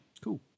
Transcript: cool